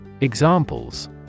Examples